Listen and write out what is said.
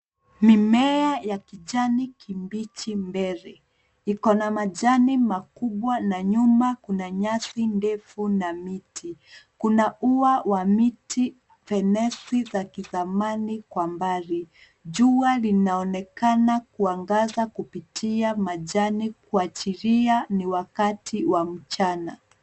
Mimea ya kijani kibichi mbele. Iko na majani makubwa na nyuma kuna nyasi ndefu na miti. Kuna ua wa miti fenesi za kizamani kwa mbali. Jua linaonekana kuangaza kupitia majani kuashiria ni wakati wa mchana.